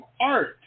art